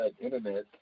internet